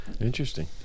interesting